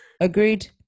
Agreed